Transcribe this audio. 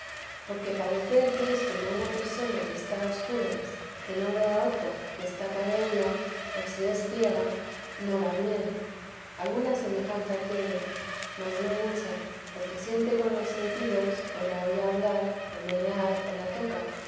porque parecer que es como una persona que está a escuras que no ve a otra que está cabe ella o si es ciega no va bien alguna semejanza tiene mas no mucha porque siente con los sentidos o la oye hablar o menear o la toca